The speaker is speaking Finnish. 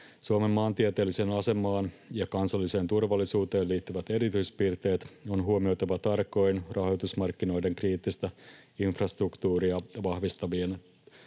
Suomen maantieteelliseen asemaan ja kansalliseen turvallisuuteen liittyvät erityispiirteet on huomioitava tarkoin rahoitusmarkkinoiden kriittistä infrastruktuuria vahvistavien